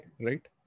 right